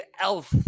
elf